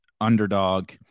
Underdog